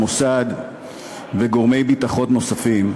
המוסד וגורמי ביטחון נוספים,